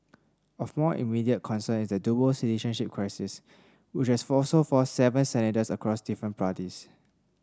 of more immediate concern is the dual citizenship crisis which has also forced out seven senators across different parties